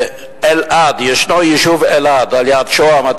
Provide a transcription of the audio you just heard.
באלעד, ישנו יישוב אלעד על יד שוהם.